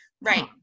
right